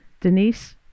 Denise